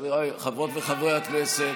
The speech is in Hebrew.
חברות וחברי הכנסת,